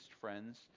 friends